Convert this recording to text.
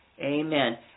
Amen